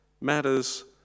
matters